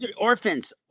orphans